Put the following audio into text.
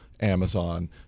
Amazon